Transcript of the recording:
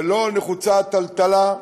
ולא נחוצה טלטלה,